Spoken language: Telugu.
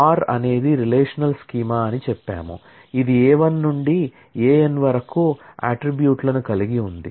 R అనేది రిలేషనల్ స్కీమా అని చెప్పాము ఇది A 1 నుండి A n వరకు అట్ట్రిబ్యూట్ లను కలిగి ఉంది